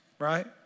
right